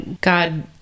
God